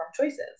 choices